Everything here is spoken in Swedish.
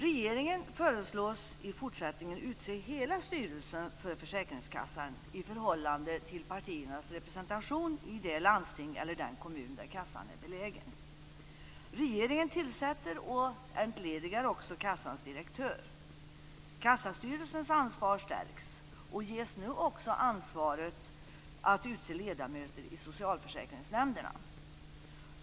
Regeringen föreslås i fortsättningen utse hela styrelsen för försäkringskassan i förhållande till partiernas representation i det landsting eller den kommun där kassan är belägen. Regeringen tillsätter och entledigar också kassans direktör. Kassastyrelsens ansvar stärks, och styrelsen ges nu också ansvaret att utse ledamöter i socialförsäkringsnämnderna.